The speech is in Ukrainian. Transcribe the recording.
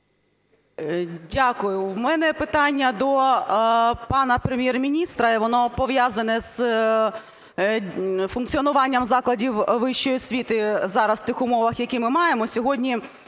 Дякую. У мене питання до пана Прем'єр-міністра, і воно пов'язане з функціонуванням закладів вищої освіти зараз в тих умовах, які ми маємо. Сьогодні